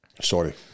Sorry